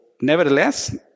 nevertheless